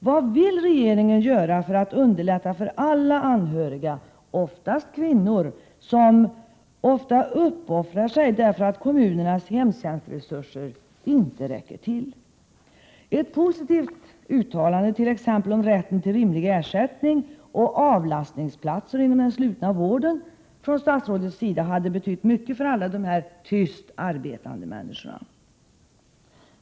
Vad vill regeringen göra för att underlätta för alla anhöriga, vanligen kvinnor, som ofta uppoffrar sig därför att kommunernas hemtjänstresurser inte räcker till? Ett positivt uttalande t.ex. om rätten till rimlig ersättning och avlastningsplatser inom den slutna vården från statsrådets sida hade betytt mycket för alla dessa tyst arbetande människor.